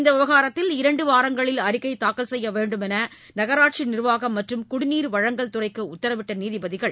இந்த விவகாரத்தில் இரண்டு வாரங்களில் அறிக்கை தாக்கல் செய்ய வேண்டுமென்று நகராட்சி நிர்வாகம் மற்றும் குடிநீர் வழங்கல்துறைக்கு உத்தரவிட்ட நீதிபதிகள்